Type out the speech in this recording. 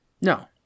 No